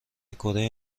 کره